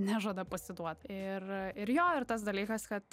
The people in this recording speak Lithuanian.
nežada pasiduot ir ir jo ir tas dalykas kad